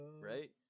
Right